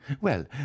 Well